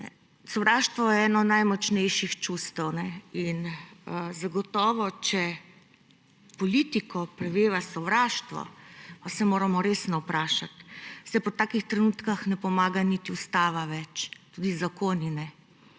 Sovraštvo je eno najmočnejših čustev in zagotovo, če politiko preveva sovraštvo, se moramo resno vprašati, saj pri takšnih trenutkih ne pomaga niti ustava več, tudi zakoni ne.